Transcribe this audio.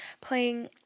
playing